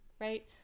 right